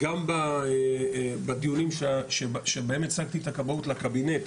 גם בדיונים שבהם הצגתי את הכבאות לקבינט